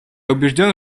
убежден